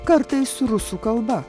kartais rusų kalba